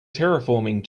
terraforming